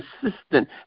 consistent